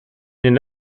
den